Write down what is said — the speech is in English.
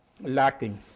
lacking